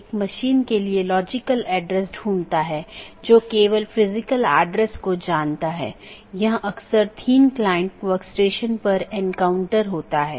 इन protocol के उदाहरण OSPF हैं और RIP जिनमे मुख्य रूप से इस्तेमाल किया जाने वाला प्रोटोकॉल OSPF है